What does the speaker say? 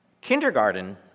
kindergarten